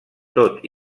tot